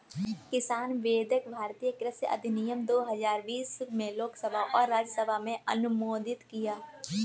किसान विधेयक भारतीय कृषि अधिनियम दो हजार बीस में लोकसभा और राज्यसभा में अनुमोदित किया